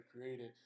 created